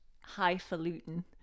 highfalutin